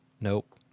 Nope